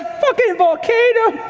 fucking volcano!